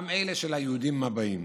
גם אלה של היהודים באים.